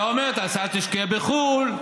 אתה אומר: אל תשקיע בחו"ל,